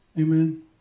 amen